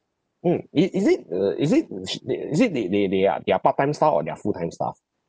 mm is is it uh is it uh s~ is it they they they are they are part-time staff or they are full-time staff